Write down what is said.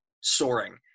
soaring